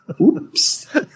Oops